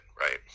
right